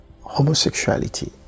homosexuality